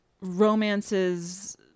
romances